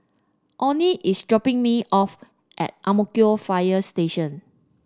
Onie is dropping me off at Ang Mo Kio Fire Station